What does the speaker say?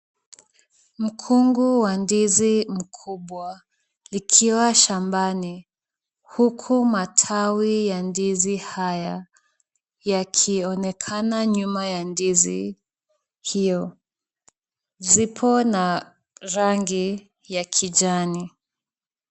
Mkungu wa ndizi mkubwa ukiwa shambani huku matawi ya ndizi haya yakionekana nyuma ya ndizi hiyo. Zipo na rangi ya kijani.